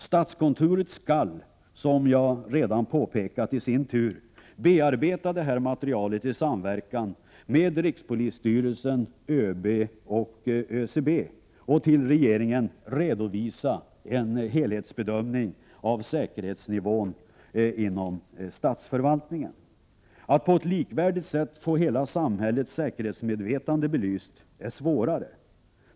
Statskontoret skall, som jag redan påpekat, i sin tur bearbeta detta material i samverkan med rikspolisstyrelsen, ÖB och ÖCB och till regeringen redovisa en helhetsbedömning av säkerhetsnivån inom statsförvaltningen. Att på ett likvärdigt sätt få hela samhällets säkerhetsmedvetande belyst är | svårare.